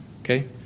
Okay